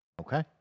Okay